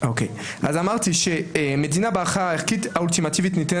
הוא אמר שהוא מפזר אבקה נגד